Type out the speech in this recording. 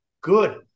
good